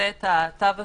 את התו הסגול,